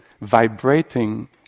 vibrating